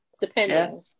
Depending